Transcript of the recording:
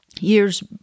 years